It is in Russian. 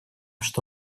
что